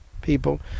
people